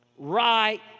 Right